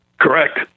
Correct